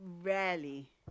rarely